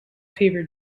fever